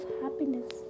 happiness